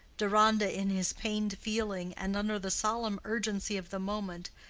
deronda, in his pained feeling, and under the solemn urgency of the moment,